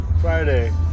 friday